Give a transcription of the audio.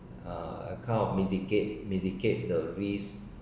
uh a kind of mitigate mitigate the risk